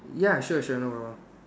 ya sure sure no problem